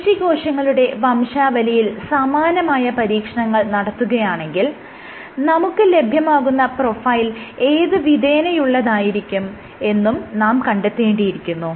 പേശീകോശങ്ങളുടെ വംശാവലിയിൽ സമാനമായ പരീക്ഷണങ്ങൾ നടത്തുകയാണെങ്കിൽ നമുക്ക് ലഭ്യമാകുന്ന പ്രൊഫൈൽ ഏത് വിധേനയുള്ളതായിരിക്കും എന്നും നാം കണ്ടെത്തേണ്ടിയിരിക്കുന്നു